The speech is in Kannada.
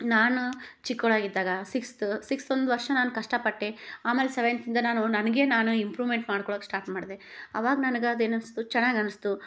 ನಾನು ಚಿಕ್ಕವ್ಳಾಗಿದ್ದಾಗ ಸಿಕ್ಸ್ತ್ ಸಿಕ್ಸ್ತ್ ಒಂದು ವರ್ಷ ನಾನು ಕಷ್ಟಪಟ್ಟೆ ಆಮೇಲೆ ಸೆವೆಂತಿಂದ ನಾನು ನನಗೆ ನಾನು ಇಂಪ್ರೂಮೆಂಟ್ ಮಾಡ್ಕೊಳಕ್ಕೆ ಸ್ಟಾಟ್ ಮಾಡ್ದೆ ಅವಾಗ ನನಗೆ ಅದೇನು ಅನ್ಸ್ತು ಚೆನ್ನಾಗನ್ಸ್ತು